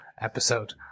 episode